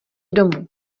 domů